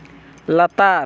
ᱞᱟᱛᱟᱨ